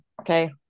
okay